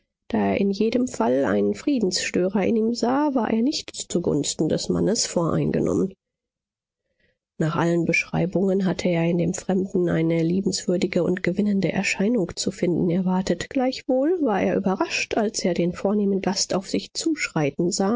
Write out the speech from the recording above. da er in jedem fall einen friedensstörer in ihm sah war er nicht zugunsten des mannes voreingenommen nach allen beschreibungen hatte er in dem fremden eine liebenswürdige und gewinnende erscheinung zu finden erwartet gleichwohl war er überrascht als er den vornehmen gast auf sich zuschreiten sah